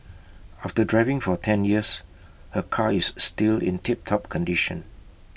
after driving for ten years her car is still in tiptop condition